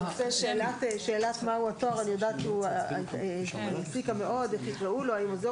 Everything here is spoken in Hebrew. שאלת מהו התואר העסיקה מאוד איך תקראו לו: האם עוזר